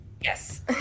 Yes